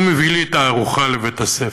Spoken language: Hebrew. הוא מביא לי את הארוחה לבית-הספר.